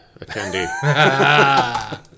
attendee